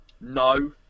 No